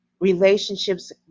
relationships